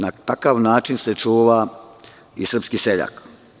Na takav način se čuva srpski seljak.